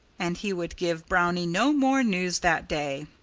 and he would give brownie no more news that day.